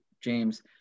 James